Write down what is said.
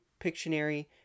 Pictionary